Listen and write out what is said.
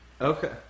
Okay